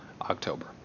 October